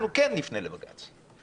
אנחנו כן נפנה לבג"ץ.